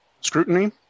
scrutiny